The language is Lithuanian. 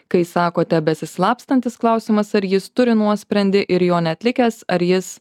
kai sakote besislapstantis klausimas ar jis turi nuosprendį ir jo neatlikęs ar jis